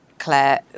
Claire